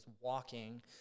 walking